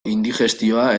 indigestioa